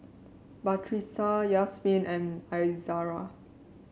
Batrisya Yasmin and Izara